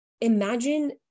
imagine